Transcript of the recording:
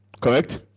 correct